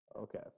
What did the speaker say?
Okay